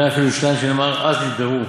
ומנין אפילו שניים, שנאמר 'אז נדברו